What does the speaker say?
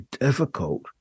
difficult